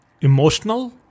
emotional